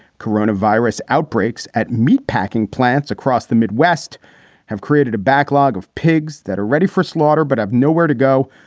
corona virus outbreaks at meatpacking plants across the midwest have created a backlog of pigs that are ready for slaughter but have nowhere to go.